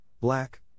black